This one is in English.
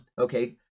okay